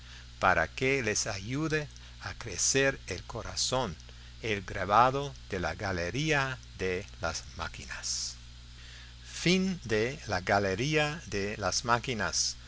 para que les ayude a crecer el corazón el grabado de la galería de las máquinas la última página los